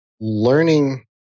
learning